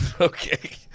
Okay